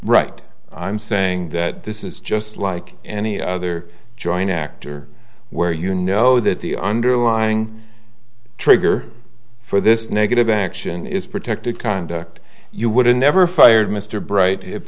right i'm saying that this is just like any other joint actor where you know that the underlying trigger for this negative action is protected conduct you would have never fired mr bright if